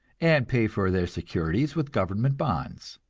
and paid for their securities with government bonds.